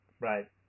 Right